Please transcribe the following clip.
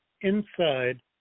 inside